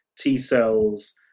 T-cells